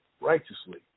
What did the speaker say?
righteously